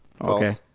Okay